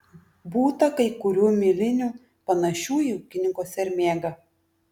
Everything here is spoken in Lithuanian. būta kai kurių milinių panašių į ūkininko sermėgą